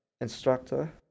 instructor